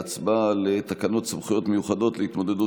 ההצבעה על תקנות סמכויות מיוחדות להתמודדות